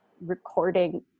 recording